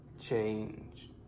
change